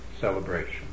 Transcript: celebration